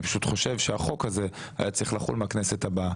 אני פשוט חושב שהחוק הזה היה צריך לחול מהכנסת הבאה.